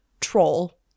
troll